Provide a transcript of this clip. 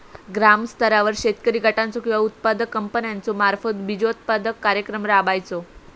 ग्रामस्तरावर शेतकरी गटाचो किंवा उत्पादक कंपन्याचो मार्फत बिजोत्पादन कार्यक्रम राबायचो?